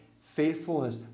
faithfulness